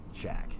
Shaq